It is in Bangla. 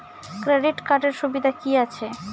ক্রেডিট কার্ডের সুবিধা কি আছে?